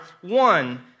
one